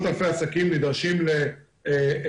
בתקנה 3ד(א),